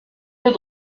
der